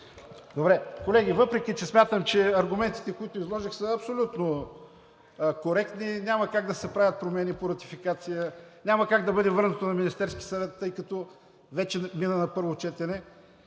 Колеги, въпреки че смятам, че аргументите, които изложих, са абсолютно коректни, защото няма как да се правят промени по ратификация, няма как да бъде върната на Министерския съвет, тъй като вече мина на първо четене,